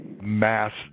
mass